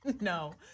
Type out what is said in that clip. No